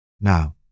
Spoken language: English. Now